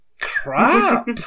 crap